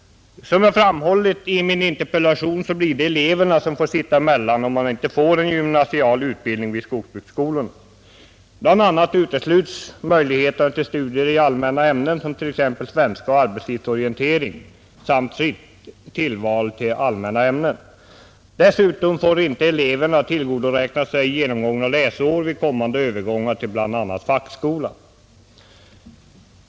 Som jag framhållit i min interpellation blir det eleverna som får sitta emellan om man inte får en gymnasial utbildning vid skogsbruksskolorna. Bl. a. utesluts möjligheterna till studier i allmänna ämnen som svenska och arbetslivsorientering samt fritt tillval till allmänna ämnen. Dessutom får eleverna inte tillgodoräkna sig genomgångna läsår vid kommande övergångar till bl.a. fackskolan.